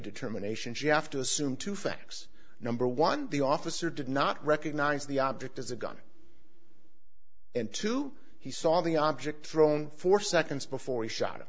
determination jeff to assume to fax number one the officer did not recognize the object as a gun and two he saw the object thrown four seconds before he shot